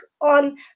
on